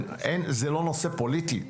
זה לא נושא פוליטי.